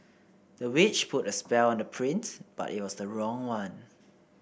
the witch put a spell on the prince but it was the wrong one